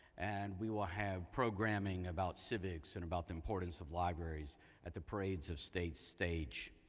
and we will have programming about civics and about the importance of libraries at the parades of state stage.